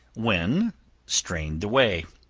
when strain the whey.